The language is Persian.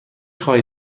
خواهی